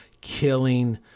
killing